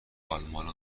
آلمان